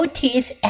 teeth